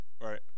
Right